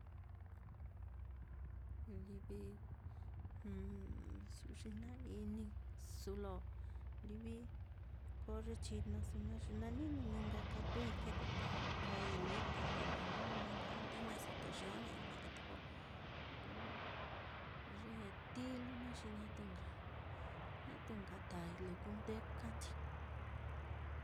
Livi su'u xi jna-ini su lo livi koo ye chinasu xi nanini ni nka katuui ke'e, te kaai lita te nanini nka a nde jue'eso xijoña'ai jue'e, te ko livi ye tilu naá xi ñatu nka ñatu nka tai lo kundekanchii.